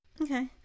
okay